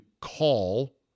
call